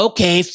Okay